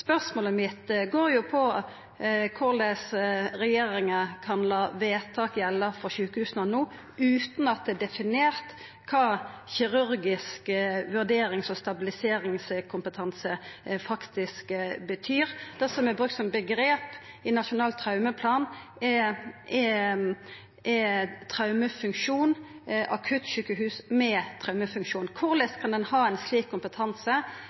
Spørsmålet mitt går på korleis regjeringa kan la vedtak gjelda for sjukehusa no utan at det er definert kva kirurgisk vurderings- og stabiliseringskompetanse faktisk betyr. Det som er brukt som omgrep i Nasjonal traumeplan, er «traumefunksjon», akuttsjukehus med «traumefunksjon». Korleis kan ein ha ein slik kompetanse